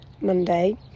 Monday